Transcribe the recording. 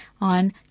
on